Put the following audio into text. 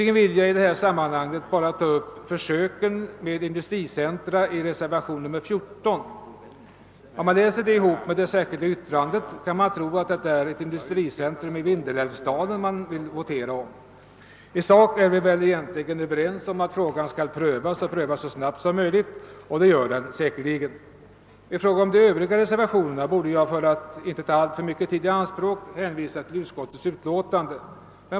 I det här sammanhanget vill jag ytterligare bara ta upp försöken med industricentra, som föreslås i reservationen 4. Om man läser den reservationen ihop med det särskilda yttrandet, kan man tro att det är ett industricentrum i Vindelälvsdalen vederbörande vill votera om. I sak är vi väl egentligen överens om att frågan skall prövas så snabbt som möjligt — och det blir säkerligen också fallet. I fråga om de övriga reservationerna borde jag, för att inte ta alltför mycken tid i anspråk, hänvisa till utskottsutlåtandet.